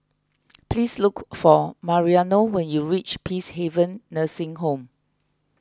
please look for Mariano when you reach Peacehaven Nursing Home